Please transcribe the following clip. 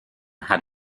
had